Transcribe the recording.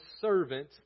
servant